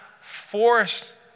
force